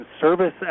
service